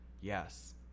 Yes